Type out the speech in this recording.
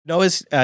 Noah's